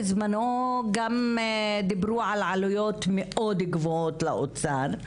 בזמנו גם דיברו על עלויות מאוד גבוהות לאוצר.